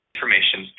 Information